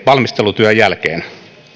valmistelutyön jälkeen